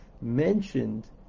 mentioned